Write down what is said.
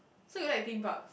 so you like theme parks